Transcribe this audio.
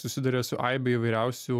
susiduria su aibe įvairiausių